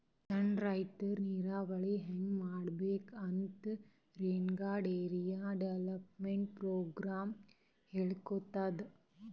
ಸಣ್ಣ್ ರೈತರ್ ನೀರಾವರಿ ಹೆಂಗ್ ಮಾಡ್ಬೇಕ್ ಅಂತ್ ರೇನ್ಫೆಡ್ ಏರಿಯಾ ಡೆವಲಪ್ಮೆಂಟ್ ಪ್ರೋಗ್ರಾಮ್ ಹೇಳ್ಕೊಡ್ತಾದ್